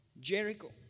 Jericho